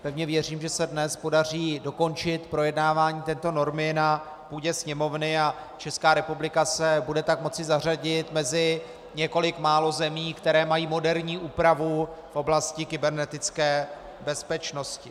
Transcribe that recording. Pevně věřím, že se dnes podaří dokončit projednávání této normy na půdě sněmovny a Česká republika se bude tak moci zařadit mezi několik málo zemí, které mají moderní úpravu v oblasti kybernetické bezpečnosti.